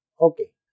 Okay